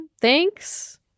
Thanks